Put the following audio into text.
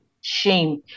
shame